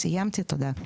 סיימתי, תודה.